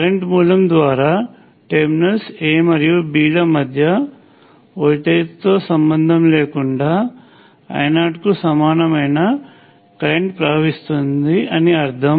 current మూలం ద్వారా terminals A మరియు B ల మధ్య వోల్టేజ్తో సంబంధం లేకుండా I0 కు సమానమైన కరెంట్ ప్రవహిస్తుంది అని అర్థం